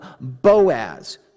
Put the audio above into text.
Boaz